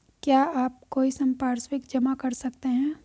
क्या आप कोई संपार्श्विक जमा कर सकते हैं?